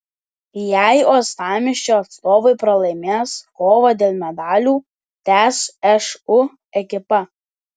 jei uostamiesčio atstovai pralaimės kovą dėl medalių tęs šu ekipa